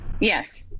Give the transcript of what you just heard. Yes